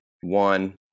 one